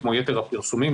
כמו יתר הפרסומים,